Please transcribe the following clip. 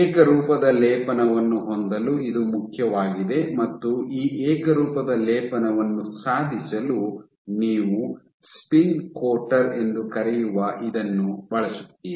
ಏಕರೂಪದ ಲೇಪನವನ್ನು ಹೊಂದಲು ಇದು ಮುಖ್ಯವಾಗಿದೆ ಮತ್ತು ಈ ಏಕರೂಪದ ಲೇಪನವನ್ನು ಸಾಧಿಸಲು ನೀವು ಸ್ಪಿನ್ ಕೋಟರ್ ಎಂದು ಕರೆಯುವ ಇದನ್ನು ಬಳಸುತ್ತೀರಿ